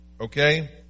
Okay